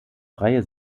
freie